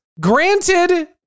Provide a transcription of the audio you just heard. Granted